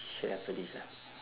share after this lah